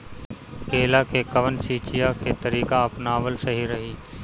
केला में कवन सिचीया के तरिका अपनावल सही रही?